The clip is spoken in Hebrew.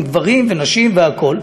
עם גברים ונשים והכול.